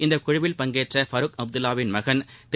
இக்குழுவில் பங்கேற்ற பரூக் அப்துல்லாவின் மகன் திரு